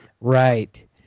Right